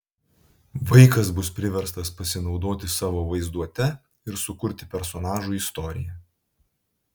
vaikas bus priverstas pasinaudoti savo vaizduote ir sukurti personažui istoriją